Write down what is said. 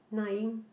Na-Ying